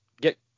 get